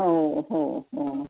हो हो हो